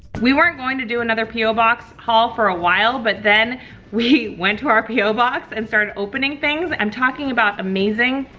we weren't going to do another po box haul for awhile, but then we went to our po box and started opening things, i'm talking about amazing,